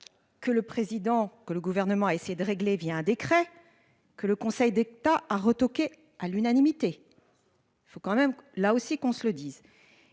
Que le président que le gouvernement a essayé de régler, via un décret. Que le Conseil d'État a retoqué à l'unanimité. Il faut quand même là aussi qu'on se le dise.